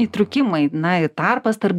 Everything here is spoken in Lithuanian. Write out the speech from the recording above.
įtrūkimai na ir tarpas tarp